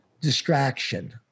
distraction